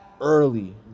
early